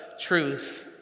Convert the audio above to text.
truth